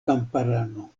kamparano